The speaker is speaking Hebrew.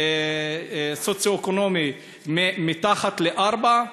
סוציו-אקונומי מתחת ל-4,